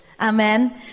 Amen